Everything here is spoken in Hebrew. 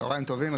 צהריים טובים.